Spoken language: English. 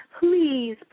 please